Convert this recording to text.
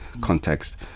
context